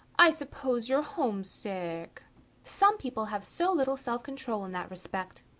i suppose you're homesick some people have so little self-control in that respect.